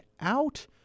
out